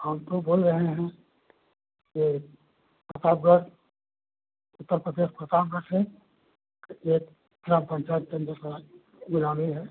हम तो बोल रहे हैं ये प्रतापगढ़ उत्तर प्रदेश प्रतापगढ़ से एक ग्राम पंचायत के अंदर थोड़ा ग्रामी है